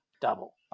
double